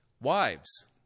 Wives